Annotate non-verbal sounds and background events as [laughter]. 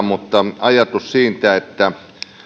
[unintelligible] mutta ajatus siitä että